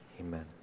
amen